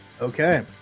Okay